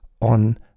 on